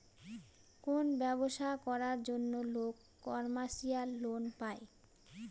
কোনো ব্যবসা করার জন্য লোক কমার্শিয়াল লোন পায়